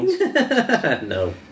No